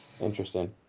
Interesting